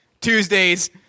Tuesdays